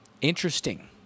interesting